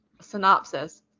synopsis